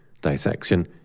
dissection